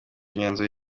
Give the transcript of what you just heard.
imyanzuro